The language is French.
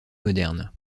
moderne